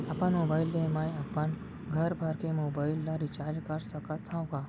अपन मोबाइल ले मैं अपन घरभर के मोबाइल ला रिचार्ज कर सकत हव का?